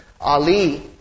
Ali